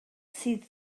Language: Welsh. sydd